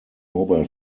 mobile